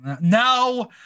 No